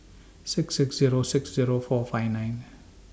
six six Zero six Zero four five nine